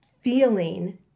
feeling